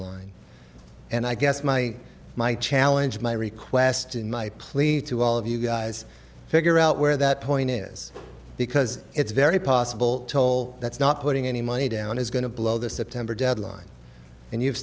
line and i guess my my challenge my request in my plea to all of you guys figure out where that point is because it's very possible toll that's not putting any money down is going to blow the september deadline and you've